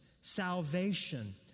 salvation